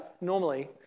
normally